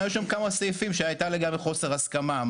היה שם כמה סעיפים שהייתה לגביהם חוסר הסכמה,